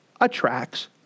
attracts